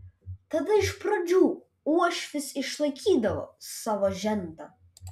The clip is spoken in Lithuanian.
tada iš pradžių uošvis išlaikydavo savo žentą